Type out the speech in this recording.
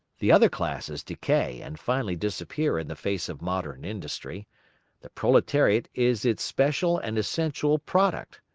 the other classes decay and finally disappear in the face of modern industry the proletariat is its special and essential product.